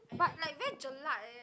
but like very jelak eh